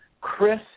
Chris